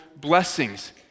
blessings